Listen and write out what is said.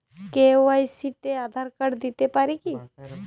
KYC তে Aadhaar card দিতে পারি কি?